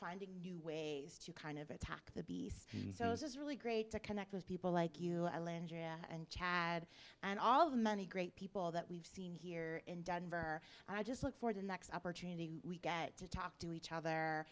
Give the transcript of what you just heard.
finding new ways to kind of attack the b s and so this is really great to connect with people like you and yeah and chad and all of the many great people that we've seen here in denver i just look for the next opportunity we get to talk to each other